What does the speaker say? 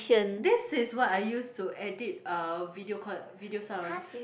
this is what I use to edit uh video call video sounds